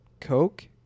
Coke